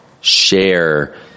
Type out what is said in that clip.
share